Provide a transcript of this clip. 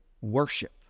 worship